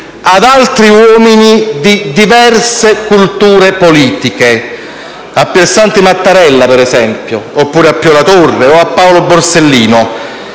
ad altri uomini di diverse culture politiche, Piersanti Mattarella, per esempio, Pio La Torre o Paolo Borsellino